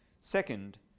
Second